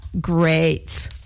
Great